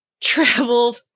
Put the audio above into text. travel